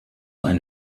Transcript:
ein